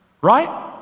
right